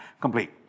complete